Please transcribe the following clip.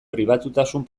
pribatutasun